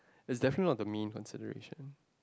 is definitely of the main consideration